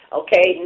okay